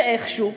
ואיכשהו,